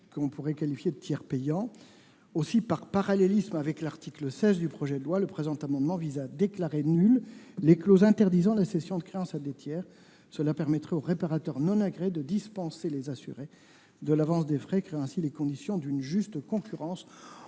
d'un système de tiers payant. Aussi, par parallélisme avec l'article 16 du projet de loi, le présent amendement vise à déclarer nulles les clauses interdisant la cession de créances à des tiers. Cela permettra aux réparateurs non agréés de dispenser les assurés de l'avance des frais, créant ainsi les conditions d'une juste concurrence